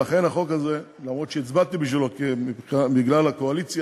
ולכן החוק הזה, אף שהצבעתי בשבילו בגלל הקואליציה,